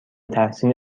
تحسین